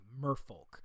merfolk